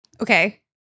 Okay